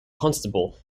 constable